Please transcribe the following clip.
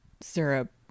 syrup